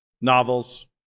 novels